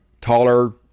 taller